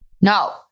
No